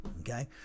okay